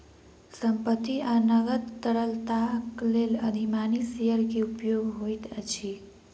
संपत्ति आ नकद तरलताक लेल अधिमानी शेयर के उपयोग होइत अछि